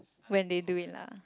when they do it lah